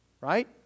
right